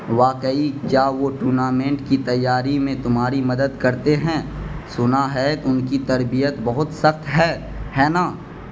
واقعی کیا وہ ٹونامنٹ کی تیاری میں تمہاری مدد کرتے ہیں سنا ہے ان کی تربیت بہت سخت ہے ہے نا